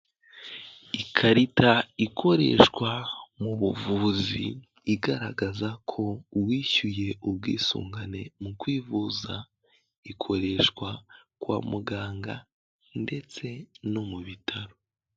Ikarita ikoreshwa mu buvuzi igaragaza ko uwishyuye ubwisungane mu kwivuza, ikoreshwa kwa muganga ndetse no mu bitaro.